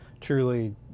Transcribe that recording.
truly